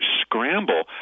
scramble